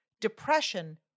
depression